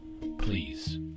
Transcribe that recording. Please